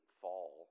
fall